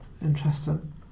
interesting